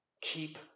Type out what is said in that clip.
keep